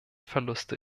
verluste